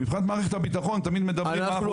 במיוחד מערכת הביטחון --- כן.